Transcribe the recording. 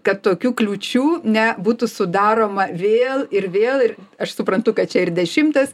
kad tokių kliūčių nebūtų sudaroma vėl ir vėl ir aš suprantu kad čia ir dešimtas